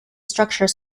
structure